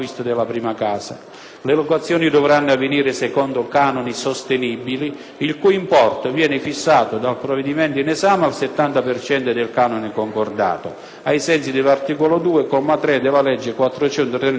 Le locazioni dovranno avvenire secondo canoni sostenibili, il cui importo viene fissato dal provvedimento in esame al 70 per cento del canone concordato, ai sensi dell'articolo 2, comma 3, della legge n. 431 del 1998.